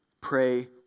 pray